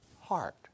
heart